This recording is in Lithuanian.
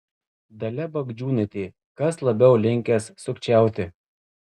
dalia bagdžiūnaitė kas labiau linkęs sukčiauti